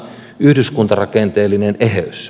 yhdyskuntarakenteellinen eheys